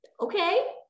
Okay